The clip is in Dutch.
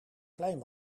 klein